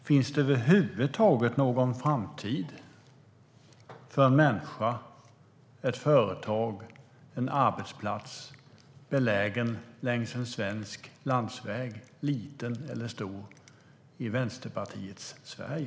Finns det över huvud taget någon framtid för en människa, ett företag eller en arbetsplats belägen längs en svensk landsväg, liten eller stor, i Vänsterpartiets Sverige?